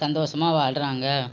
சந்தோசமாக வாழுறாங்க